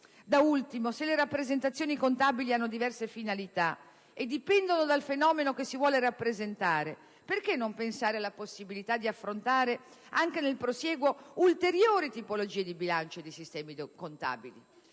Da ultimo, se le rappresentazioni contabili hanno diverse finalità e dipendono dal fenomeno che si vuole rappresentare, perché non pensare alla possibilità di affrontare, anche nel prosieguo, ulteriori tipologie di bilancio e di sistemi contabili?